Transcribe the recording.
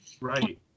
right